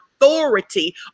authority